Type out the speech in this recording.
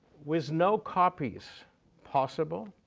with no copies possible,